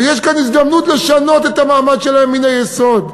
ויש כאן הזדמנות לשנות את המעמד שלהם מן היסוד.